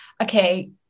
Okay